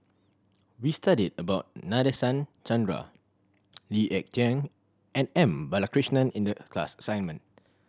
we studied about Nadasen Chandra Lee Ek Tieng and M Balakrishnan in the class assignment